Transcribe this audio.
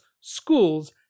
schools